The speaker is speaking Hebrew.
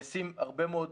נעשים הרבה מאוד